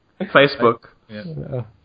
Facebook